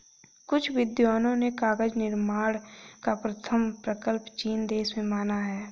कुछ विद्वानों ने कागज निर्माण का प्रथम प्रकल्प चीन देश में माना है